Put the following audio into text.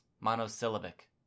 monosyllabic